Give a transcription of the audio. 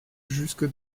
jusque